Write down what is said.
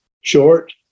short